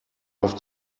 auf